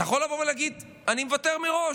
אתה יכול לבוא ולהגיד: אני מוותר מראש,